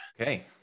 Okay